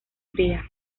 fría